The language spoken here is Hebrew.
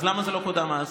אז למה הוא לא קודם אז?